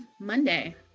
Monday